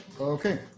Okay